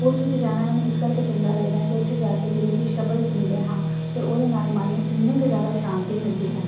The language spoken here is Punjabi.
ਉਸ ਵਿੱਚ ਜਾਣਾ ਮੈਨੂੰ ਇਸ ਕਰਕੇ ਚੰਗਾ ਲੱਗਦਾ ਕਿ ਉੱਥੇ ਜਾ ਕੇ ਜਦੋਂ ਅਸੀਂ ਸ਼ਬਦ ਸੁਣਦੇ ਹਾਂ ਤਾਂ ਉਹਦੇ ਨਾਲ ਮਨ ਨੂੰ ਇੰਨੀ ਕੁ ਜ਼ਿਆਦਾ ਸ਼ਾਂਤੀ ਮਿਲਦੀ ਹੈ